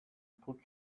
put